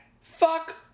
Fuck